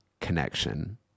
connection